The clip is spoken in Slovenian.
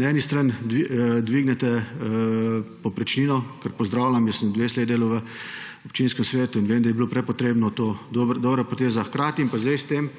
Na eni strani dvignete povprečnino, kar pozdravljam, jaz sem 20 let delal v občinskem svetu in vem, da je bilo prepotrebno, to je dobra poteza, hkrati pa zdaj s tem